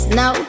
no